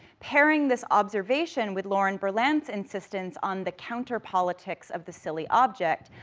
pairing this observation with lauren berlant's insistence on the counter politics of the silly object,